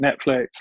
Netflix